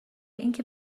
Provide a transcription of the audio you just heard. اینکه